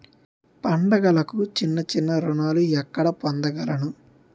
పండుగలకు చిన్న చిన్న రుణాలు ఎక్కడ పొందగలను?